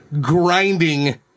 grinding